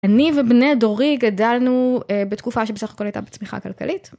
אני ובני דורי גדלנו בתקופה שבסך הכל הייתה בצמיחה כלכלית.